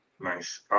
Nice